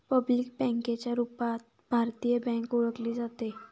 public बँकेच्या रूपात भारतीय बँक ओळखली जाते